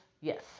yes